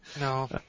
No